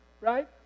right